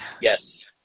Yes